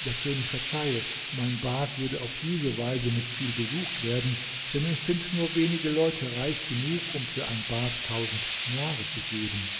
der könig verzeihe mein bad würde auf diese weise nicht viel besucht werden denn es sind nur wenige leute reich genug um für ein bad tausend dinare zu geben